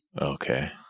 Okay